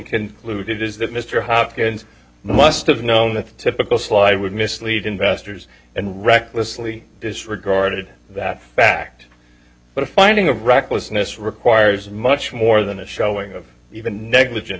concluded is that mr hopkins must have known that the typical slide would mislead investors and recklessly disregarded that fact but a finding of recklessness requires much more than a showing of even negligent